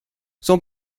son